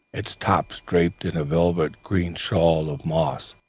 its top draped in a velvet green shawl of moss.